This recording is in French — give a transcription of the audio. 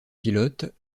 pilote